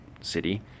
city